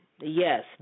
yes